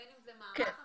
בין אם זה מערך המתנדבים?